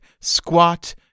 squat